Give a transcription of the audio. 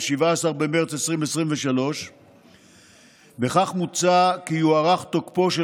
17 במרץ 2023. בכך מוצע כי יוארך תוקפו של